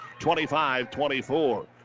25-24